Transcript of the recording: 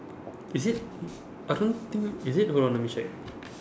is it I don't think is it hold on let me check